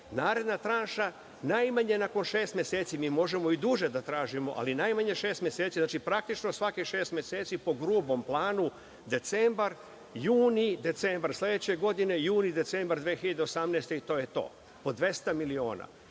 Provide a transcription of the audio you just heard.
naredna tranša najmanje nakon šest meseci. Mi možemo i duže da tražimo, ali najmanje šest meseci, znači, praktično svakih šest meseci po grubom planu decembar-juni, decembar sledeće godini, juni-decembar 2018. godine i to je to, po 200 miliona.